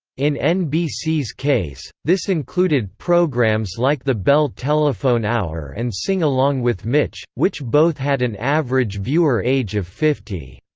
in nbc's case, this included programs like the bell telephone hour and sing along with mitch, which both had an average viewer age of fifty.